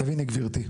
ראי נא גברתי,